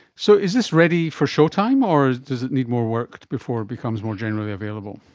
so is this ready for showtime or does it need more work before it becomes more generally available?